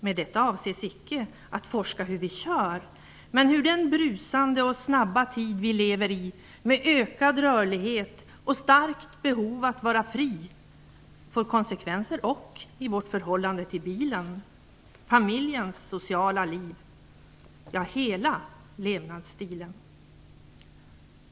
Med detta avses icke, att forska hur vi kör, men hur den brusande och snabba tid vi lever i med ökad rörlighet, och starkt behov att vara fri får konsekvenser ock i vårt förhållande till bilen familjens sociala liv, ja, hela levnadsstilen.